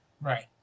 Right